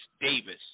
Davis